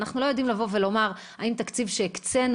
ואנחנו לא יודעים לבוא ולומר האם תקציב שהקצינו